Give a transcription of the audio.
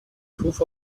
proof